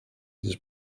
dieses